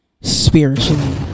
spiritually